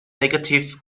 negative